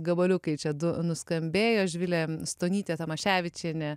gabaliukai čia du nuskambėjo živilė stonytė tamaševičienė